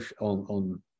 on